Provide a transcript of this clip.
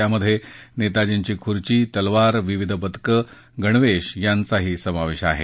यामध्ये नेताजीची खुर्ची तलवार विविध पदकं गणवेश यांचा समावेश आहे